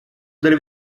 delle